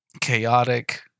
chaotic